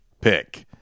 pick